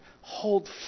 hold